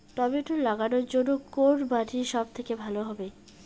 Tomato লাগানোর জন্যে কোন মাটি সব থেকে ভালো হবে?